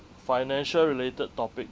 financial related topic